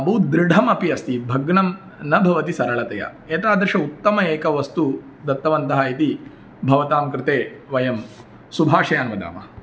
बहु दृढमपि अपि अस्ति भग्नं न भवति सरलतया एतादृशं उत्तमम् एकं वस्तुं दत्तवन्तः इति भवतां कृते वयं शुभाशयान् वदामः